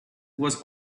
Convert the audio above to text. was